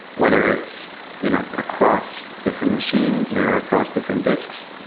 whether it's you know across different machines or across different discs,